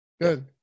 good